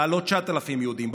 להעלות 9,000 יהודים,